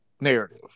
narrative